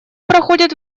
проходит